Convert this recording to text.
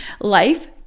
Life